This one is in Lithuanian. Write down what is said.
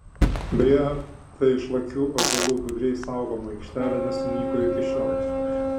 beje ta išlakių ąžuolų budriai saugoma aikštelė nesunyko iki šiol